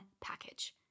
package